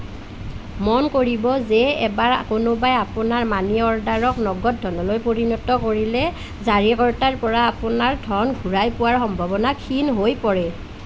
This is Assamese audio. মন কৰিব যে এবাৰ কোনোবাই আপোনাৰ মানি অৰ্ডাৰক নগদ ধনলৈ পৰিণত কৰিলেই জাৰীকৰ্তাৰ পৰা আপোনাৰ ধন ঘূৰাই পোৱাৰ সম্ভাৱনা ক্ষীণ হৈ পৰে